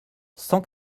cent